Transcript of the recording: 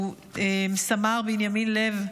הוא סמ"ר בנימין לב,